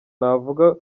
navuga